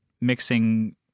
mixing